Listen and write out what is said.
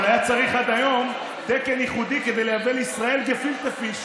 אבל היה צריך עד היום תקן ייחודי כדי לייבא לישראל גפילטע פיש.